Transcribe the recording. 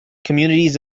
communities